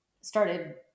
started